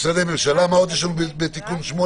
שאני לא אשכח משרדי ממשלה בתיקון 8